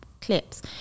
clips